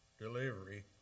delivery